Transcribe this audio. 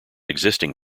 existing